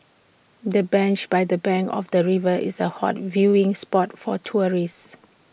the bench by the bank of the river is A hot viewing spot for tourists